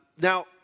Now